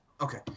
Okay